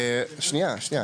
שנייה, שנייה.